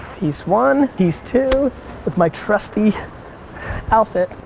piece one, piece two with my trusty outfit.